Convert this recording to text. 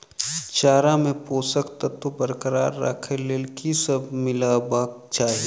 चारा मे पोसक तत्व बरकरार राखै लेल की सब मिलेबाक चाहि?